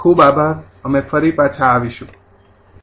ખૂબ આભાર અમે ફરી પાછા આવીશું